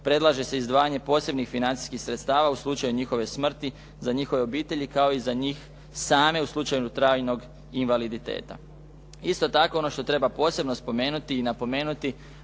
predlaže se izdvajanje posebnih financijskih sredstava u slučaju njihove smrti za njihove obitelji, kao i za njih same u slučaju trajnog invaliditeta. Isto tako ono što treba posebno spomenuti i napomenuti